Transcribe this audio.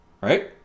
right